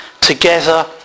together